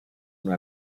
una